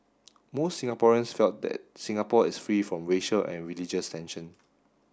most Singaporeans felt that Singapore is free from racial and religious tension